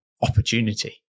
opportunity